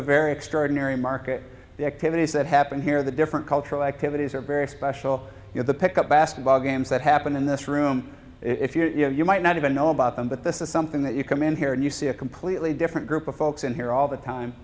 a very extraordinary market the activities that happen here the different cultural activities are very special you know the pick up basketball games that happen in this room if you know you might not even know about them but this is something that you come in here and you see a completely different group of folks in here all the time